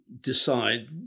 decide